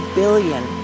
billion